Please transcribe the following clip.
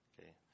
Okay